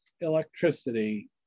electricity